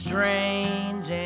Strange